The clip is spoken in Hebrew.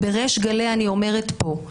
בריש גלי אני אומרת פה,